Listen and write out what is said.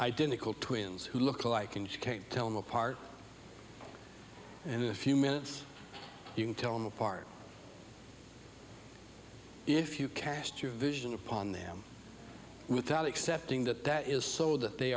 identical twins who look alike and you can't tell them apart and in a few minutes you can tell them apart if you cast your vision upon them without accepting that that is so that they